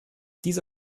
diese